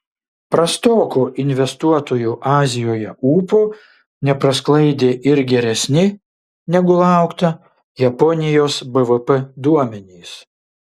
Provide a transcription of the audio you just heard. prastoko investuotojų azijoje ūpo neprasklaidė ir geresni negu laukta japonijos bvp duomenys